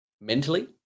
mentally